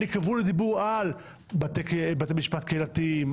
אני כבול לדיבור על בתי משפט קהילתיים,